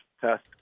test